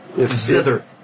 Zither